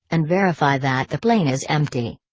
and verify that the plane is empty.